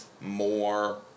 more